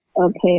okay